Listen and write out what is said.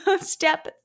Step